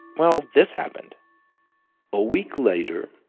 well, this happened a week later,